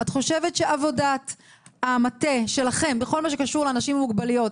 את חושבת שעבודת המטה שלכם בכל מה שקשור לאנשים עם מוגבלויות